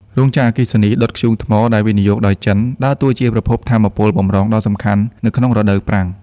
រោងចក្រអគ្គិសនីដុតធ្យូងថ្មដែលវិនិយោគដោយចិន ដើរតួជាប្រភពថាមពលបម្រុងដ៏សំខាន់នៅក្នុងរដូវប្រាំង។